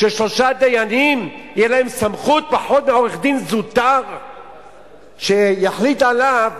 ששלושה דיינים תהיה להם סמכות פחות מלעורך-דין זוטר שיחליט עליו